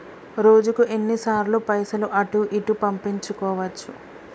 రోజుకు ఎన్ని సార్లు పైసలు అటూ ఇటూ పంపించుకోవచ్చు?